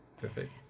Perfect